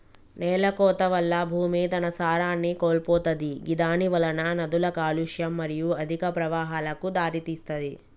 నేలకోత వల్ల భూమి తన సారాన్ని కోల్పోతది గిదానివలన నదుల కాలుష్యం మరియు అధిక ప్రవాహాలకు దారితీస్తది